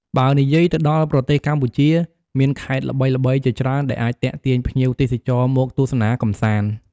បើនិយាយទៅដល់ប្រទេសកម្ពុជា មានខេត្តល្បីៗជាច្រើនដែលអាចទាក់ទាញភ្ញៀវទេសចរណ៍មកទស្សនាកំសាន្ត។